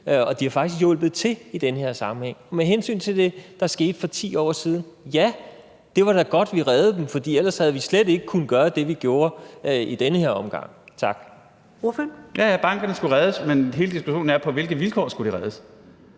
og de har hjulpet til i den her sammenhæng. Med hensyn til det, der skete for 10 år siden: Ja, det var da godt, at vi reddede dem, for ellers havde vi slet ikke kunnet gøre det, som vi gjorde i den her omgang. Tak.